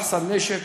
מחסן נשק,